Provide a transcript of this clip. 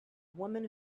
woman